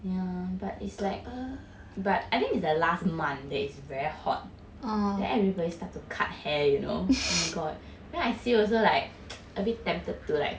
yeah but it's like but I think it's the last month that is very hot then everybody start to cut hair you know oh my god when I see also like a bit tempted to like